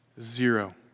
zero